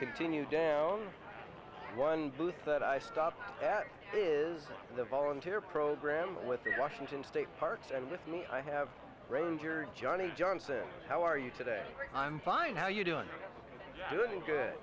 continue day one booth that i stop is the volunteer program with the washington state parks and with me i have ranger johnny johnson how are you today i'm fine how you doing good